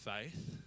faith